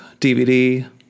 DVD